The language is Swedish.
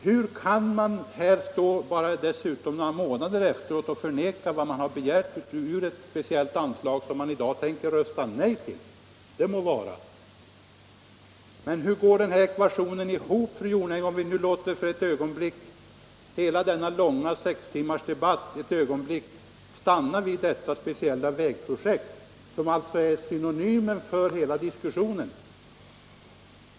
Hur kan man stå här — dessutom bara några månader efteråt — och förneka vad man har begärt ur ett speciellt anslag, som man i dag tänker rösta nej till? Det må nu vara. Men hur går ekvationen ihop, om vi för ett ögonblick låter hela denna 6-timmarsdebatt stanna vid detta speciella vägprojekt, som alltså är synonymen för hela diskussionen?